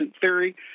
theory